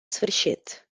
sfârșit